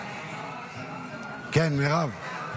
כן, מירב.